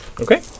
Okay